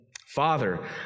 Father